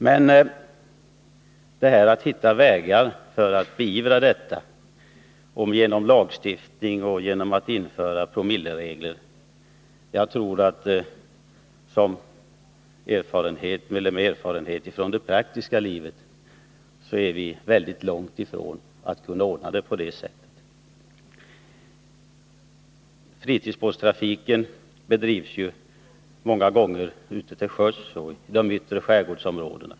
Men att hitta vägar för att ändra detta är svårt. Min erfarenhet av det praktiska livet säger mig att vi är långt ifrån lösningar genom promilleregler och lagstiftning. Fritidsbåtstrafiken sker många gånger ute till sjöss i ytterskärgårdsområdena.